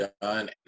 done